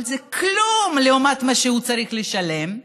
אבל זה כלום לעומת מה שהוא צריך לשלם.